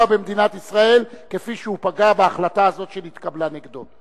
במדינת ישראל כפי שהוא פגע בהחלטה הזאת שנתקבלה נגדו.